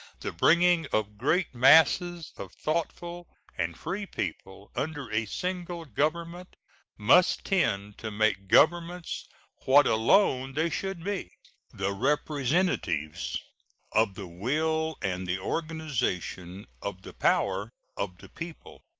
the bringing of great masses of thoughtful and free people under a single government must tend to make governments what alone they should be the representatives of the will and the organization of the power of the people.